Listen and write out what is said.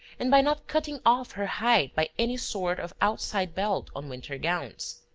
and by not cutting off her height by any sort of outside belt on winter gowns.